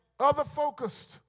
Other-focused